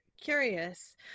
curious